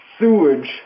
sewage